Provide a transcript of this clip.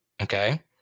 Okay